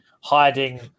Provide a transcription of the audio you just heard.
hiding